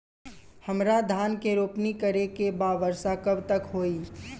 हमरा धान के रोपनी करे के बा वर्षा कब तक होई?